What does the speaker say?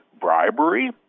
bribery